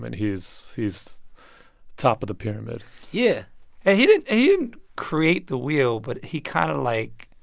mean, he's he's top of the pyramid yeah and he didn't and create the wheel, but he kind of, like